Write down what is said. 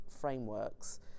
frameworks